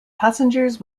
passengers